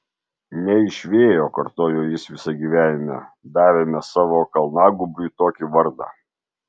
ne iš vėjo kartojo jis visą gyvenimą davėme savo kalnagūbriui tokį vardą